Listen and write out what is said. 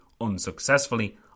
unsuccessfully